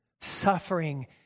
Suffering